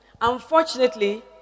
Unfortunately